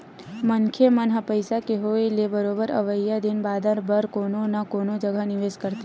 मनखे मन ह पइसा के होय ले बरोबर अवइया दिन बादर बर कोनो न कोनो जघा निवेस करथे